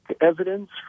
evidence